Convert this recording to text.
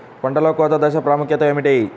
పంటలో కోత దశ ప్రాముఖ్యత ఏమిటి?